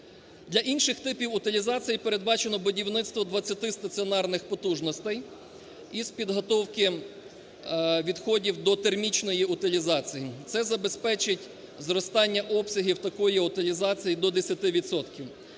Для інших типів утилізації передбачено будівництво 20-ти стаціонарних потужностей із підготовки відходів до термічної утилізації. Це забезпечить зростання обсягів такої утилізації до 10